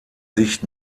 sicht